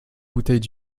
bouteille